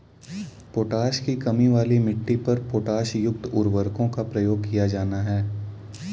potash की कमी वाली मिट्टी पर पोटाशयुक्त उर्वरकों का प्रयोग किया जाना है